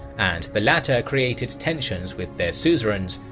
and the latter created tensions with their suzerains,